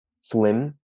slim